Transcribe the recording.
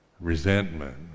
resentment